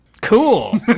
cool